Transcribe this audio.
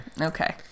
Okay